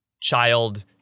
child